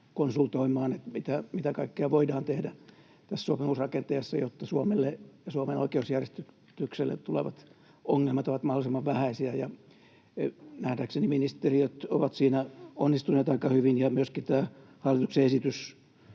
konsultoimaan, mitä kaikkea voidaan tehdä tässä sopimusrakenteessa, jotta Suomelle ja Suomen oikeusjärjestykselle tulevat ongelmat ovat mahdollisimman vähäisiä, ja nähdäkseni ministeriöt ovat siinä onnistuneet aika hyvin. Myöskin tämä hallituksen esitys